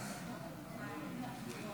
אינו נוכח.